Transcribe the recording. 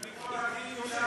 אני אאפשר לחברת הכנסת